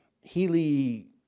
Healy